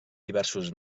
diversos